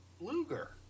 Luger